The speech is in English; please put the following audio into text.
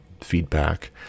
feedback